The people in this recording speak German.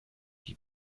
die